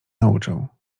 nauczył